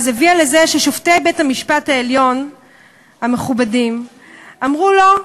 הביאה לזה ששופטי בית-המשפט העליון המכובדים אמרו: לא,